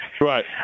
Right